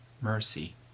mercy